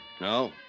No